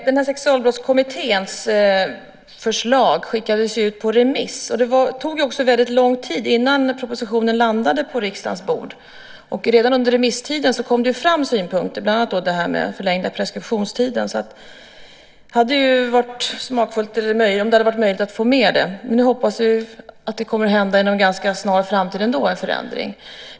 Fru talman! Sexualbrottskommitténs förslag skickades ju ut på remiss, och det tog väldigt lång tid innan propositionen landade på riksdagens bord. Redan under remisstiden kom det fram synpunkter, bland annat detta med den förlängda preskriptionstiden. Det hade alltså varit smakfullt om det hade varit möjligt att få med det. Nu hoppas vi ändå att det kommer att ske en förändring inom en ganska snar framtid.